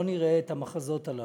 שלא נראה את המחזות הללו,